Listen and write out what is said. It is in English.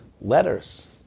letters